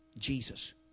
Jesus